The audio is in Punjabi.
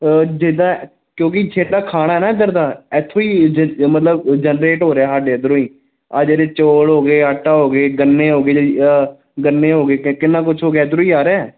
ਜਿੱਦਾਂ ਕਿਉਂਕਿ ਜਿੱਦਾਂ ਖਾਣਾ ਨਾ ਇੱਧਰ ਦਾ ਇੱਥੋਂ ਹੀ ਜ ਮਤਲਬ ਜਨਰੇਟ ਹੋ ਰਿਹਾ ਸਾਡੇ ਇੱਧਰੋਂ ਹੀ ਆਹ ਜਿਹੜੇ ਚੌਲ ਹੋ ਗਏ ਆਟਾ ਹੋ ਗਏ ਗੰਨੇ ਹੋ ਗਏ ਗੰਨੇ ਹੋ ਗਏ ਕ ਕਿੰਨਾ ਕੁਝ ਹੋ ਗਿਆ ਇੱਧਰੋਂ ਹੀ ਆ ਰਿਹਾ